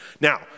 Now